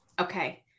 Okay